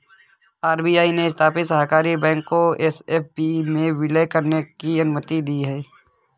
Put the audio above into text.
RBI ने स्थापित सहकारी बैंक को एस.एफ.बी में विलय करने की अनुमति दी